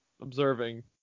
observing